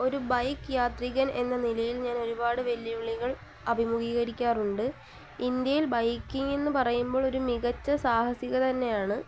ഒരു ബൈക്ക് യാത്രികൻ എന്ന നിലയിൽ ഞാൻ ഒരുപാട് വെല്ലുവിളികൾ അഭിമുഖീകരിക്കാറുണ്ട് ഇന്ത്യയിൽ ബൈക്കിംഗ് എന്നു പറയുമ്പോൾ ഒരു മികച്ച സാഹസികത തന്നെയാണ്